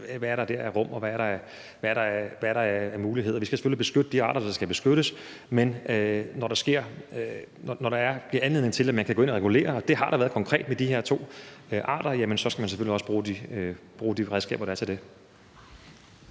hvad der er af rum og muligheder. Vi skal selvfølgelig beskytte de arter, der skal beskyttes, men når der er noget, der giver anledning til, at man kan gå ind og regulere, og det har der konkret været med de her to arter, så skal man selvfølgelig også bruge de redskaber, der er til det.